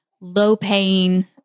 low-paying